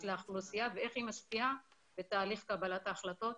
לאוכלוסייה ואיך היא משפיעה בתהליך קבלת ההחלטות.